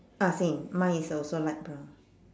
ah same mine is also light brown